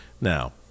Now